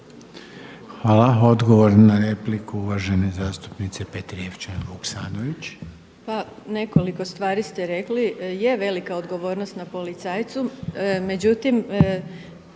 Hvala. Odgovor uvažene zastupnice Petrijevčanin Vuksanović.